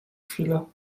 chwilę